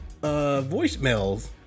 voicemails